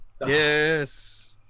Yes